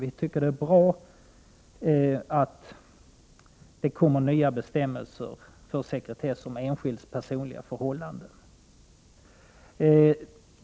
Vi tycker det är bra att det kommer nya bestämmelser för sekretess om enskilds personliga förhållanden.